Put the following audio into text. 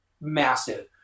massive